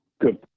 Good